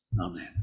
Amen